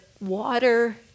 water